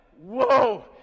whoa